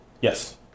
Yes